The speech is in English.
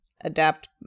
adapt